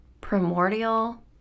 Primordial